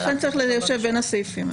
לכן צריך ליישב בין הסעיפים האלה.